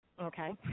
Okay